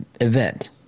event